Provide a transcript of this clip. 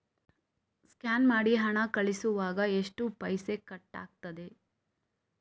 Scan ಮಾಡಿ ಹಣ ಕಳಿಸುವಾಗ ಎಷ್ಟು ಪೈಸೆ ಕಟ್ಟಾಗ್ತದೆ?